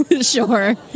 Sure